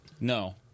No